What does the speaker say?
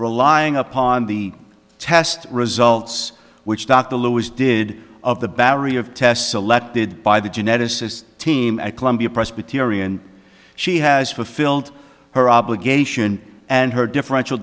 relying upon the test results which dr lewis did of the battery of tests selected by the geneticist team at columbia presbyterian she has fulfilled her obligation and her differential